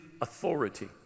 authority